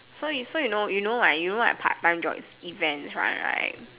so you so you know you know you know like part time job's like events one right